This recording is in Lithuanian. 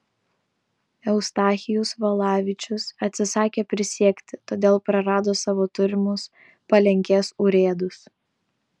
eustachijus valavičius atsisakė prisiekti todėl prarado savo turimus palenkės urėdus